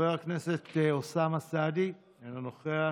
חבר הכנסת אוסאמה סעדי, אינו נוכח,